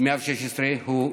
ושאפשר לדון